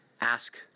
ask